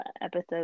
episode